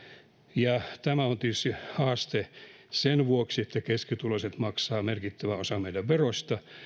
ja tämä on tietysti haaste sen vuoksi että keskituloiset maksavat merkittävän osan meidän veroista